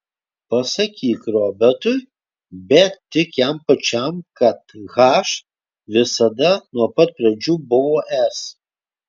pasakyk robertui bet tik jam pačiam kad h visada nuo pat pradžių buvo s